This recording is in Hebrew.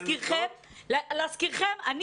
להזכירכם,